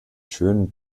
schönen